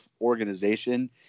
organization